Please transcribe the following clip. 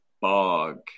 bog